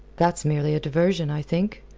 that's merely a diversion, i think.